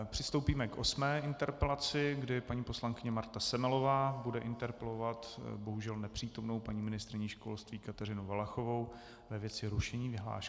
Přistoupíme k osmé interpelaci, kdy paní poslankyně Marta Semelová bude interpelovat bohužel nepřítomnou paní ministryni školství Kateřinu Valachovou ve věci rušení vyhlášky LMP.